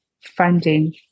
funding